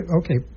okay